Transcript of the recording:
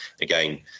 again